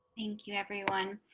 thank you everyone.